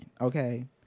okay